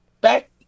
back